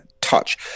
touch